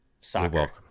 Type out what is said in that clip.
soccer